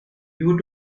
you